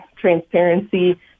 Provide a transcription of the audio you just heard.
transparency